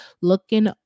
looking